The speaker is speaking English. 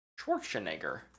Schwarzenegger